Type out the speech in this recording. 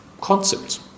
concepts